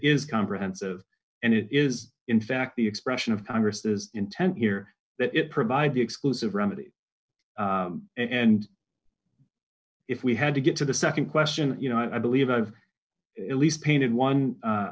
is comprehensive and it is in fact the expression of congress is intent here that it provides the exclusive remedy and if we had to get to the nd question you know i believe i've it least painted one